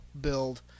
build